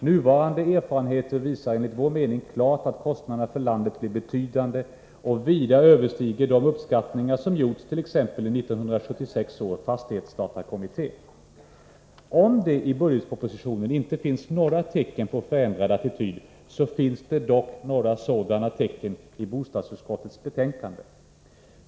Nuvarande erfarenheter visar enligt vår mening klart att kostnaderna för landet blir betydande och vida överstiger de uppskattningar som gjorts, t.ex. i 1976 års fastighetsdatakommitté. Om det i budgetpropositionen inte finns några tecken på förändrad attityd, finns det dock några sådana tecken i bostadsutskottets betänkande.